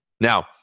Now